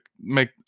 make